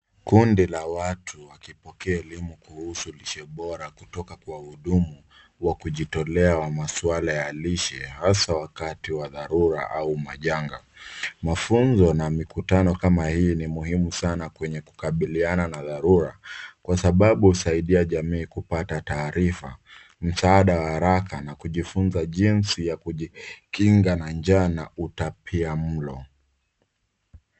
Kundi la watu wakipokea elimu kuhusu lishe bora kutoka kwa wahudumu wa kujitolea maswala ya lishe hasa wakati wa dharura au majanga. Mafunzo na mikutano kama hii ni muhimu sana kwenye kukabiliana na dharura kwa sababu husaidia jamii kupata taarifa, msaada wa haraka na kujifunza jinsi ya kujikinga na njaa na utapiamlo.